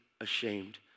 ashamed